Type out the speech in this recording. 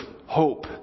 hope